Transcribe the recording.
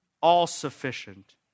all-sufficient